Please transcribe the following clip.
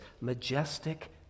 majestic